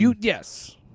Yes